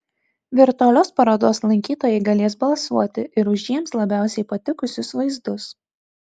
virtualios parodos lankytojai galės balsuoti ir už jiems labiausiai patikusius vaizdus